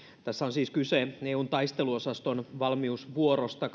tässä on siis kyse eun taisteluosaston valmiusvuorosta